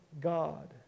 God